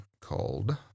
called